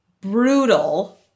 brutal